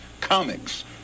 comics